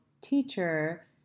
teacher